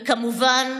וכמובן,